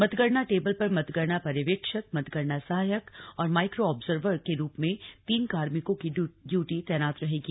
मतगणना टेबल पर मतगणना पर्यवेक्षक मतगणना सहायक और माइक्रो आब्जर्वर के रूप में तीन कार्मिकों की तैनाती रहेगी